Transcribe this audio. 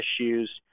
issues